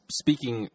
speaking